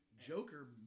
Joker